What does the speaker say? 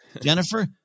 Jennifer